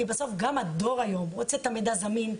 כי בסוף גם הדור היום רוצה את המידע זמין,